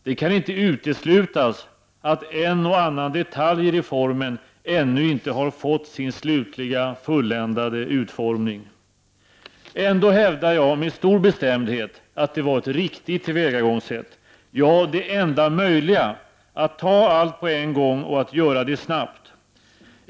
Det kan inte uteslutas att en och annan detalj i reformen ännu inte har fått sin slutgiltiga, fulländade utformning. Ändå hävdar jag med stor bestämdhet att det var ett riktigt tillvägagångssätt, ja det enda möjliga, att ta allt på en gång och att göra det snabbt.